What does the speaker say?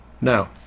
now